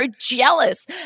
jealous